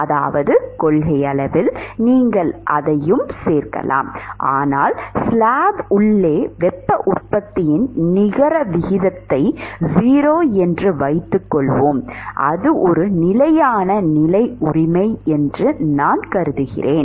அதாவது கொள்கையளவில் நீங்கள் அதையும் சேர்க்கலாம் ஆனால் ஸ்லாப் உள்ளே வெப்ப உற்பத்தியின் நிகர விகிதத்தை 0 என்று வைத்துக்கொள்வோம் அது ஒரு நிலையான நிலை உரிமை என்று நான் கருதுக்கிறோம்